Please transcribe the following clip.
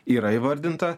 yra įvardinta